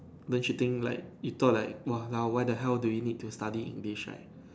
but you think like you thought like walao why the hell do we need to study English right